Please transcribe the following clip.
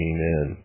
Amen